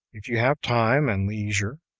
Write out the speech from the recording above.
if you have time and leisure,